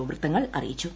O വൃത്തങ്ങൾ അറിയിച്ചു